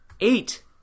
Eight